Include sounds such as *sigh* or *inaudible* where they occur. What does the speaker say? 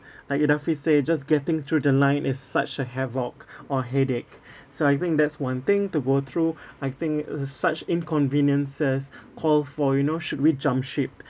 like idafi said just getting through the line is such a havoc *breath* or headache *breath* so I think that's one thing to go through *breath* I think uh such inconveniences *breath* call for you know should we jump ship